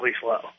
slow